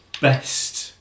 best